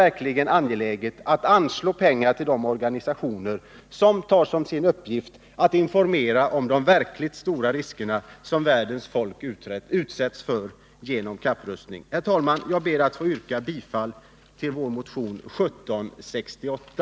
Därför är det angeläget att anslå pengar till de organisationer som tar som sin uppgift att informera om de verkligt stora risker som världens folk utsätts för genom kapprustning. Herr talman! Jag ber att få yrka bifall till vår motion 1768.